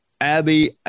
Abby